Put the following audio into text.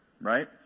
right